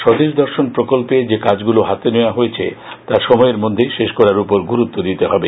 স্বদেশ দর্শন প্রকল্পে ইজ কাজগুলি হাতে নেওয়া হয়েছে তা সময়ের মধ্যেই শেষ করার উপর গুরুত্ব নিতে হবে